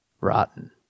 rotten